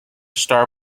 star